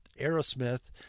Aerosmith